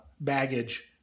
baggage